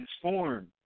transform